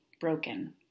broken